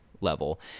level